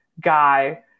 guy